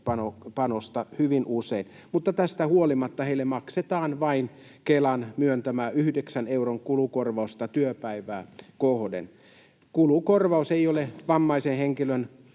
työpanosta, mutta tästä huolimatta heille maksetaan vain Kelan myöntämää 9 euron kulukorvausta työpäivää kohden. Kulukorvaus ei ole vammaisen henkilön